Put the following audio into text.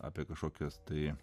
apie kažkokias tai